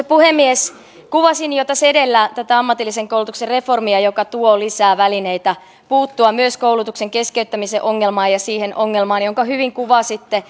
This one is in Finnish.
puhemies kuvasin jo tässä edellä tätä ammatillisen koulutuksen reformia joka tuo lisää välineitä puuttua myös koulutuksen keskeyttämisen ongelmaan ja siihen ongelmaan jonka hyvin kuvasitte